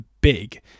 big